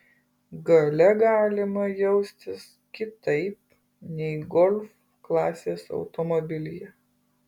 gale galima jaustis kitaip nei golf klasės automobilyje